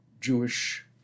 Jewish